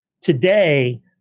today